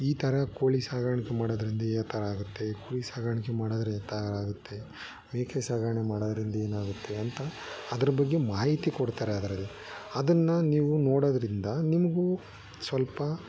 ಈ ಥರ ಕೋಳಿ ಸಾಗಾಣಿಕೆ ಮಾಡೋದ್ರಿಂದ ಯಾಥರ ಆಗುತ್ತೆ ಕುರಿ ಸಾಗಾಣಿಕೆ ಮಾಡೋದ್ರಿಂದ ಯಾಥರ ಆಗುತ್ತೆ ಮೇಕೆ ಸಾಗಣೆ ಮಾಡೋದ್ರಿಂದ ಏನಾಗುತ್ತೆ ಅಂತ ಅದ್ರ ಬಗ್ಗೆ ಮಾಹಿತಿ ಕೊಡ್ತಾರೆ ಅದರಲ್ಲಿ ಅದನ್ನು ನೀವು ನೋಡೋದ್ರಿಂದ ನಿಮಗೂ ಸ್ವಲ್ಪ